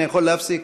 אני יכול להפסיק.